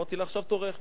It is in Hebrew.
אמרתי לה: עכשיו תורך.